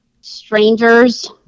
strangers